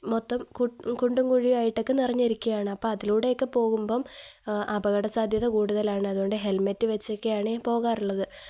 മൊത്തം കുണ്ടും കുുഴിയായിട്ടൊക്കെ നിറഞ്ഞിരിക്കയാണ് അപ്പോള് അതിലൂടെയൊക്കെ പോകുമ്പോള് അപകട സാധ്യത കൂടുതലാണ് അതുകൊണ്ട് ഹെൽമെറ്റ് വച്ചൊക്കെയാണു പോകാറുള്ളത്